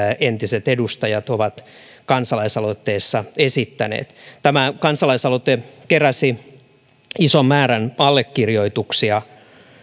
entiset edustajat ovat kansalaisaloitteessa esittäneet tämä kansalaisaloite keräsi ison määrän allekirjoituksia